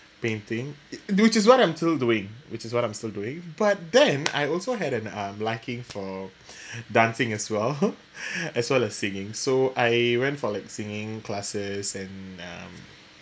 painting which is what I'm still doing which is what I'm still doing but then I also had an uh liking for dancing as well as well as singing so I went for like singing classes and um